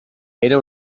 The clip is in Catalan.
era